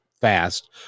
fast